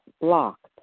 blocked